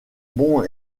bon